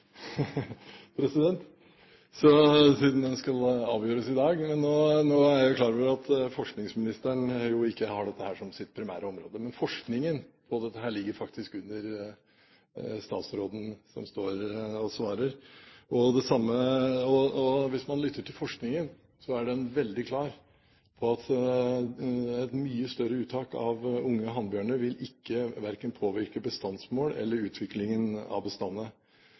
siden det skal avgjøres i dag. Jeg er klar over at forskningsministeren ikke har dette som sitt primære område, men forskningen på dette ligger faktisk under statsråden som står og svarer. Og hvis man lytter til forskningen, er den veldig klar på at et mye større uttak av unge hannbjørner ikke vil påvirke verken bestandsmål eller utviklingen av